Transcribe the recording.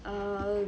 err